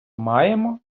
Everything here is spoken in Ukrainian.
маємо